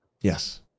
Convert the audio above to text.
Yes